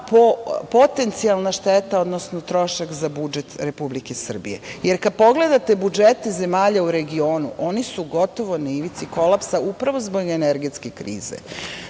potencijalna šteta, odnosno trošak za budžet Republike Srbije, jer kada pogledate budžete zemalja u regionu, oni su gotovo na ivici kolapsa upravo zbog energetske krize. Naše